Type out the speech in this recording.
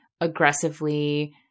aggressively